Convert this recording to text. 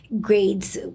grades